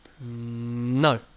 no